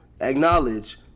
acknowledge